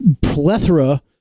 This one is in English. plethora